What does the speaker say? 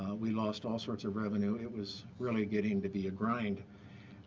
we lost all sorts of revenue, it was really getting to be a grind.